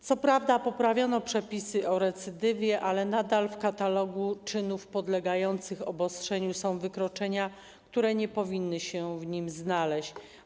Co prawda poprawiono przepisy o recydywie, ale nadal w katalogu czynów podlegających obostrzeniu są wykroczenia, które nie powinny się w nim znaleźć.